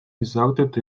resulted